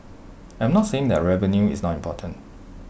I'm not saying that revenue is not important